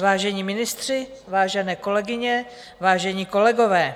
Vážení ministři, vážené kolegyně, vážení kolegové,